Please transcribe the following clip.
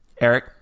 Eric